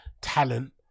talent